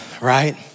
right